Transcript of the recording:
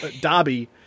Dobby